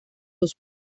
dos